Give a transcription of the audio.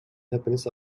happiness